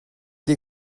des